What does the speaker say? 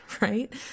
Right